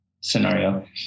scenario